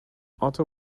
otter